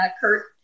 Kurt